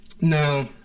No